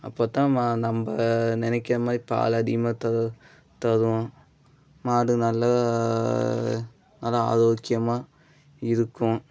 அப்போத்தான் ம நம்ம நினைக்கிற மாதிரி பால் அதிகமாக தரும் தரும் மாடு நல்லா நல்லா ஆரோக்கியமாக இருக்கும்